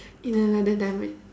in another dimen~